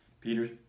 Peter